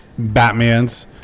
Batmans